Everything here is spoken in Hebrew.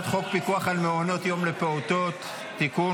הפיקוח על מעונות יום לפעוטות (תיקון,